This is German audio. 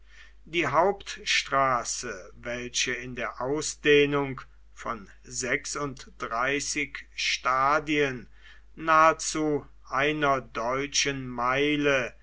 die hauptstraße welche in der ausdehnung von sechsunddreißig stadien nahezu einer deutschen meile